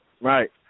Right